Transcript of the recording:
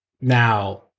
Now